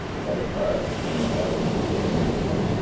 better far to stand it out into the open daylight,